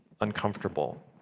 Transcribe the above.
uncomfortable